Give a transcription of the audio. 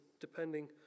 depending